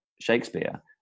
Shakespeare